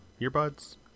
earbuds